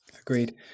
agreed